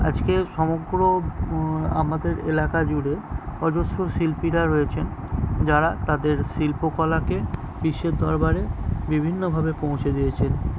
আজকে সমগ্র আমাদের এলাকা জুড়ে অজস্র শিল্পীরা রয়েছেন যারা তাদের শিল্পকলাকে বিশ্বের দরবারে বিভিন্ন ভাবে পৌঁছে দিয়েছেন